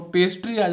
Pastry